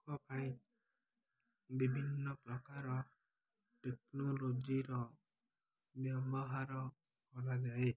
ପାଇଁ ବିଭିନ୍ନ ପ୍ରକାର ଟେକ୍ନୋଲୋଜିର ବ୍ୟବହାର କରାଯାଏ